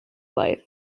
life